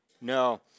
no